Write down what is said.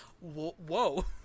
whoa